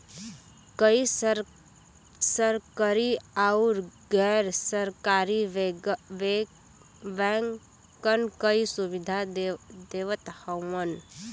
कई सरकरी आउर गैर सरकारी बैंकन कई सुविधा देवत हउवन